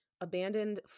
Abandoned